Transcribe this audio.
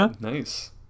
Nice